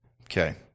Okay